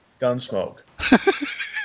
Gunsmoke